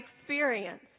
experience